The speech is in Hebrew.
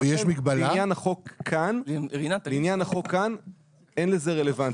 לעניין החוק כאן, אין לזה רלוונטיות.